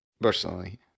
personally